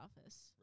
Office